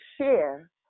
share